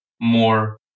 more